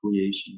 creation